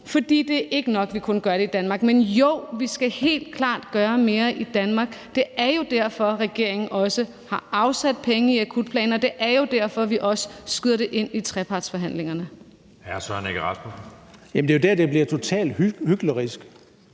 for det er ikke nok, at vi kun gør i noget i Danmark. Men jo, vi skal helt klart gøre mere i Danmark. Det er jo derfor, regeringen har afsat penge i akutplanen, og det er jo også derfor, at vi skyder det ind i trepartsforhandlingerne. Kl. 16:06 Anden næstformand (Jeppe